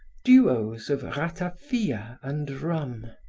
duos of ratafia and rum.